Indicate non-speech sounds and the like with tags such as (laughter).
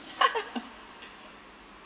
(laughs)